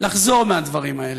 לחזור מהדברים האלה,